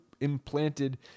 implanted